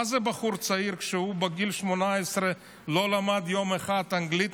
מה זה בחור צעיר שבגיל 18 לא למד יום אחד אנגלית,